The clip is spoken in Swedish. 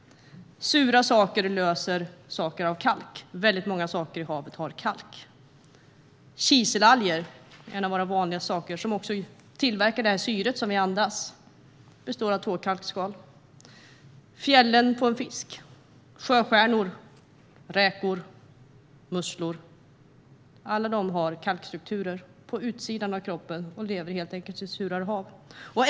Surt löser kalk, och mycket i havet innehåller kalk. Den vanliga kiselalgen, som tillverkar det syre vi andas, består av två kalkskal. Fiskfjäll består av kalk. Sjöstjärnor, räkor och musslor har alla kalkstrukturer på utsidan av kroppen och lever nu i ett surare hav.